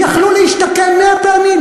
יכלו להשתקם 100 פעמים.